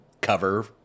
cover